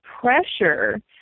pressure